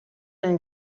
nel